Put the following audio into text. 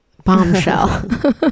Bombshell